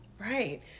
Right